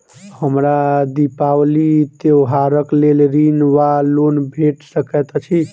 हमरा दिपावली त्योहारक लेल ऋण वा लोन भेट सकैत अछि?